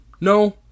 No